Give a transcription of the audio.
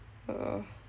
uh